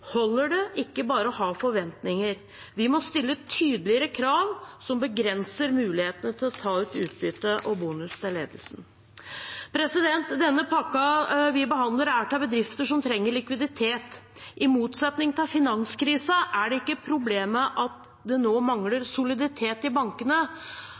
holder det ikke bare å ha forventninger. Vi må stille tydeligere krav som begrenser mulighetene til å ta ut utbytte og bonus til ledelsen. Den pakken vi behandler, er til bedrifter som trenger likviditet. I motsetning til finanskrisen er ikke problemet at det nå